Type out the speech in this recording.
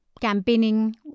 campaigning